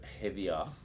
heavier